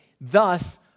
thus